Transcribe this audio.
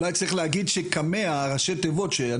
אולי צריך להגיד שראשי התיבות של קמ"ע,